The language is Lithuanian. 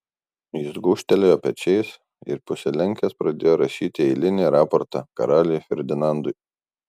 jis gūžtelėjo pečiais ir pasilenkęs pradėjo rašyti eilinį raportą karaliui ferdinandui